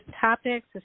topics